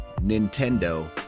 Nintendo